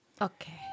Okay